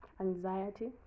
anxiety